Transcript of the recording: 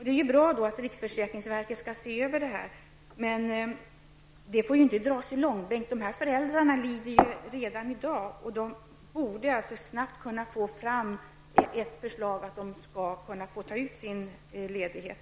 Det är bra att riksförsäkringsverket skall se över detta, men frågan får inte dras i långbänk. Dessa föräldrar lider ju redan i dag. Man borde snabbt kunna få fram ett förslag så att de kan få ta ut sin ledighet.